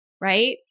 right